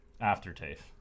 aftertaste